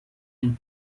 and